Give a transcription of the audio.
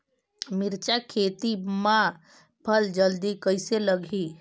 मिरचा खेती मां फल जल्दी कइसे लगही?